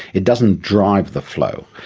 it doesn't drive the flow.